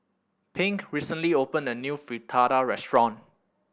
Pink recently opened a new Fritada restaurant